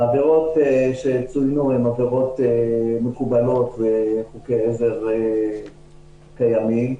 העבירות שצוינו הם עבירות מקובלות וחוקי עזר קיימים.